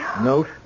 Note